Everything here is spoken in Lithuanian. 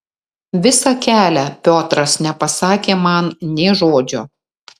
visą kelią piotras nepasakė man nė žodžio